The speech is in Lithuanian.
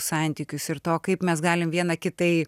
santykius ir to kaip mes galim viena kitai